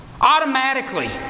Automatically